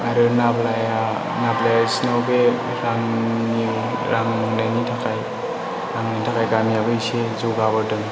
आरो नाब्लाया नाब्लाया बिसोरनाव बे रांनि रां मोननायनि थाखाय रांनि थाखाय गामियावबो एसे जौगाबोदों